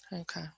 Okay